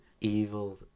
evil